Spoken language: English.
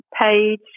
page